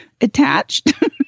attached